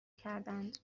کردهاند